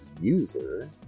user